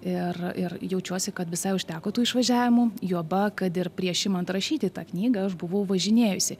ir ir jaučiuosi kad visai užteko tų išvažiavimų juoba kad ir prieš imant rašyti tą knygą aš buvau važinėjusi